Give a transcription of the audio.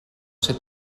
ser